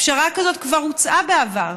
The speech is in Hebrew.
פשרה כבר הוצעה בעבר.